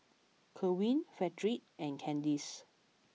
Kerwin Fredrick and Candis